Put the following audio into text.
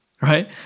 right